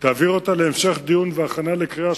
ותעביר אותה להמשך דיון ולהכנה לקריאה